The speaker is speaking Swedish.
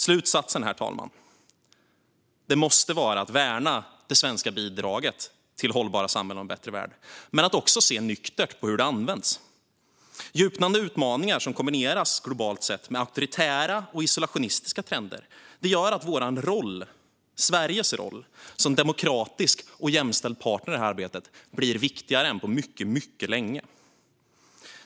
Slutsatsen, herr talman, måste vara att värna det svenska bidraget till hållbara samhällen och en bättre värld men också att se nyktert på hur det används. Djupnande utmaningar som kombineras, globalt sett, med auktoritära och isolationistiska trender gör att Sveriges roll som demokratisk och jämställd partner blir viktigare än på mycket länge.